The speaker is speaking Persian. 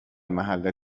محل